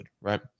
Right